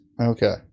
Okay